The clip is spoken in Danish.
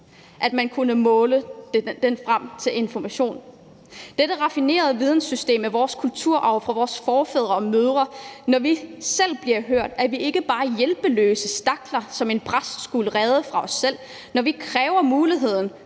før man kunne måle sig frem til den information. Dette raffinerede videnssystem er vores kulturarv fra vores forfædre og -mødre. Når vi selv bliver hørt, er vi ikke bare hjælpeløse stakler, som en præst skulle redde fra os selv. Når vi kræver at få muligheden